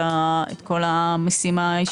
מה פתאום.